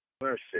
Mercy